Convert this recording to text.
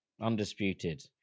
Undisputed